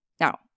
Now